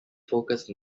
focused